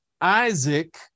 Isaac